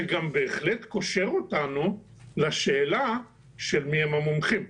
זה גם בהחלט קושר אותנו לשאלה של מיהם המומחים.